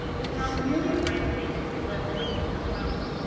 it's not merely a brand statement we live while at keystone college,